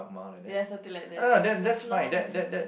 ya something like that that's long